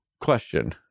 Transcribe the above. question